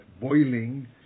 boiling